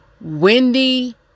Wendy